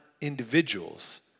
individuals